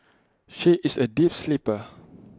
she is A deep sleeper